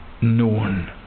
known